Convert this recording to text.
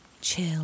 chill